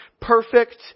perfect